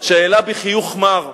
שהעלה בי חיוך מר.